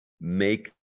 make